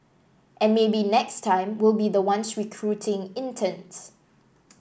and maybe next time we'll be the ones recruiting interns